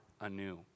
anew